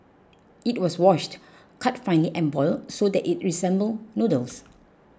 it was washed cut finely and boiled so that it resembled noodles